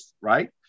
right